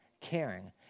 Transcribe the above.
caring